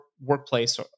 workplace